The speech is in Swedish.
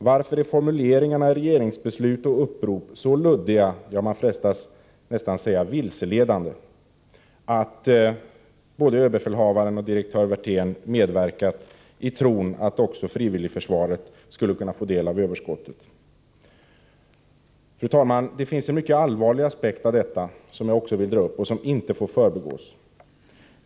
Varför är formuleringarna i regeringens beslut och upprop så luddiga, ja, man frestas nästan att säga vilseledande, att både överbefälhavaren och direktör Werthén medverkat i tron att också frivilligförsvaret skulle få del av överskottet? Fru talman! Det finns en mycket allvarligare aspekt av detta som jag också vill ta upp och som inte får förbigås.